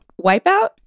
Wipeout